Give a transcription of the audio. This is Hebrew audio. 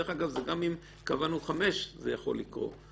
דרך אגב, זה גם אם קבענו חמש זה יכול לקרות.